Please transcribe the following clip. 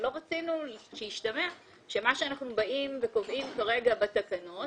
לא רצינו שישתמע שמה שאנחנו קובעים כרגע בתקנות